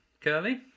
Curly